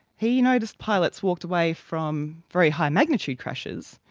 he noticed pilots walked away from very high magnitude crashes,